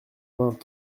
vingt